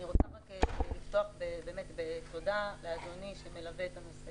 אני רוצה לפתוח באמת בתודה לאדוני שמלווה את נושא